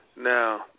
Now